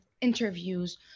interviews